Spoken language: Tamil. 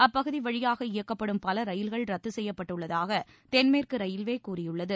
அப்பகுதி வழியாக இயக்கப்படும் பல ரயில்கள் ரத்து செய்யப்பட்டு உள்ளதாக தென் மேற்கு ரயில்வே கூறியுள்ளது